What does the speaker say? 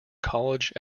college